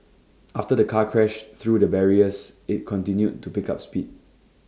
after the car crashed through the barriers IT continued to pick up speed